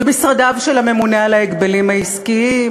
במשרדיו של הממונה על ההגבלים העסקיים,